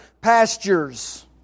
pastures